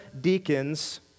deacons